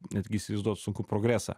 netgi įsivaizduot sunku progresą